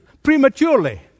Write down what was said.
prematurely